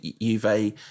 Juve